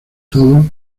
todo